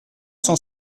cent